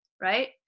right